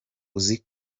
uzi